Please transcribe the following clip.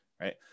right